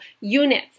units